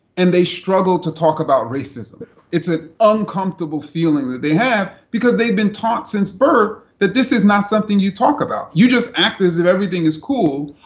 and they struggle to talk about racism. it's an uncomfortable feeling that they have, because they've been taught since birth that this is not something that you talk about. you just act as if everything is cool,